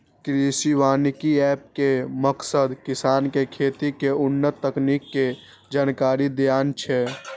कृषि वानिकी एप के मकसद किसान कें खेती के उन्नत तकनीक के जानकारी देनाय छै